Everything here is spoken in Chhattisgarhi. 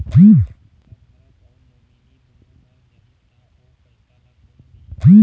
खाता धारक अऊ नोमिनि दुनों मर जाही ता ओ पैसा ला कोन लिही?